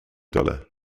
dollar